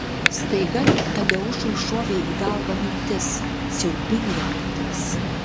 staiga tadeušui šovė į galvą mintis siaubinga mintis